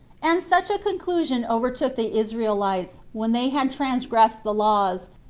and such a conclusion overtook the israelites, when they had transgressed the laws,